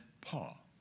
Paul